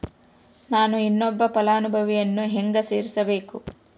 ನಾನು ಇನ್ನೊಬ್ಬ ಫಲಾನುಭವಿಯನ್ನು ಹೆಂಗ ಸೇರಿಸಬೇಕು?